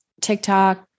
TikTok